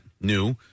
new